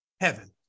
heaven